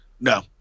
No